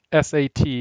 SAT